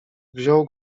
wziął